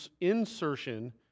insertion